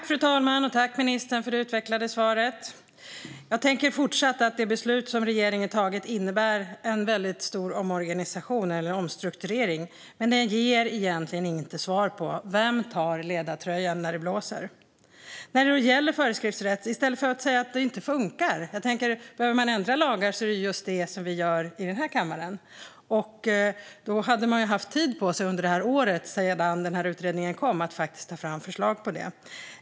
Fru talman! Tack, ministern, för det utvecklade svaret! Jag tänker fortfarande att det beslut som regeringen fattat innebär en väldigt stor omorganisation eller omstrukturering men egentligen inte ger svar på vem som tar ledartröjan när det blåser. När det gäller föreskriftsrätt tänker jag på vad man kan göra i stället för att säga att det inte funkar. Behöver man ändra lagar är det just det vi gör i den här kammaren, och då hade man haft tid på sig under året sedan den här utredningen kom att ta fram förslag på det.